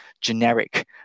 generic